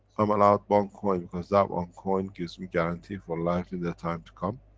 i'm allowed one coin, because that one coin gives me guarantee for life in the time to come,